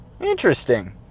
Interesting